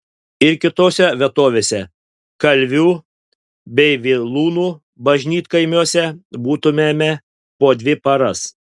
ir kitose vietovėse kalvių bei vilūnų bažnytkaimiuose būtumėme po dvi paras